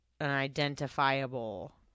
unidentifiable